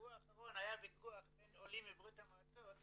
בשבוע האחרון היה ויכוח בין עולים מברית המועצות